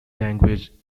language